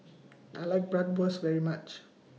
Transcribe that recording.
I like Bratwurst very much